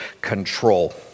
control